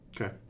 Okay